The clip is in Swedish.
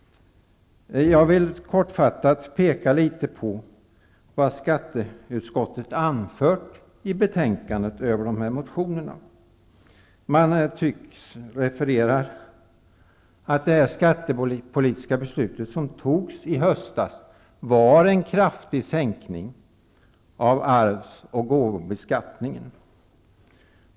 Jag vill kortfattat peka litet på vad skatteutskottet har anfört i betänkandet över de här motionerna. Man tycks referera att det skattepolitiska beslutet som fattades i höstas innebar en kraftig sänkning av arvsoch gåvobeskattningen.